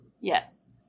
Yes